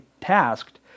tasked